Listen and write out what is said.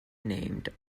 named